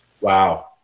Wow